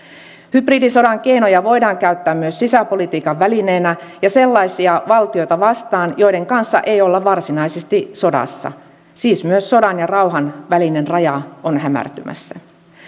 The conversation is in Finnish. hybridisodan keinoja voidaan käyttää myös sisäpolitiikan välineenä ja sellaisia valtioita vastaan joiden kanssa ei olla varsinaisesti sodassa siis myös sodan ja rauhan välinen raja on hämärtymässä